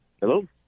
Hello